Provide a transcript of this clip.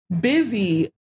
busy